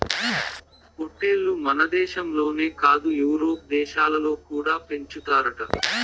పొట్టేల్లు మనదేశంలోనే కాదు యూరోప్ దేశాలలో కూడా పెంచుతారట